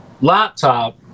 laptop